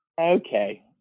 okay